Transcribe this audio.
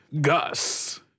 Gus